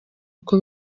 uko